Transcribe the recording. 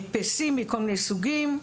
הדפסים מכל מיני סוגים,